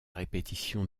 répétition